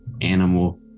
animal